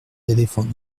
éléphants